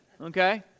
Okay